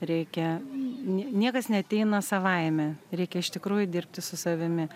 reikia nie niekas neateina savaime reikia iš tikrųjų dirbti su savimi